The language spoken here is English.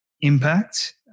impact